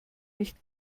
nicht